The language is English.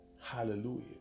hallelujah